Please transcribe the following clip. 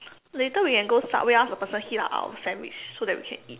later we can go subway ask the person heat up our sandwich so that we can eat